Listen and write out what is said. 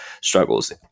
struggles